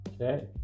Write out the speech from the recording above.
Okay